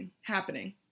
happening